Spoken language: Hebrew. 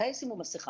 מתי ישימו מסכה?